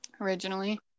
originally